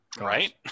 Right